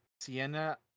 Sienna